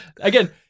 Again